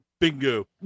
bingo